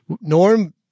Norm